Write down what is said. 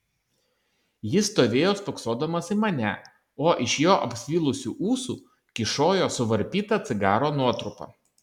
jis stovėjo spoksodamas į mane o iš jo apsvilusių ūsų kyšojo suvarpyta cigaro nuotrupa